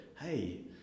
hey